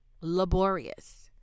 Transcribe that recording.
Laborious